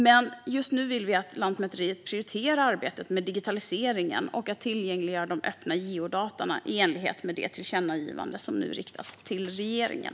Men just nu vill vi att Lantmäteriet prioriterar arbetet med digitaliseringen och med att tillgängliggöra öppna geodata, i enlighet med det tillkännagivande som nu riktas till regeringen.